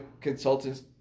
consultants